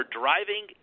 driving